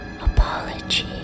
Apology